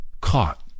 caught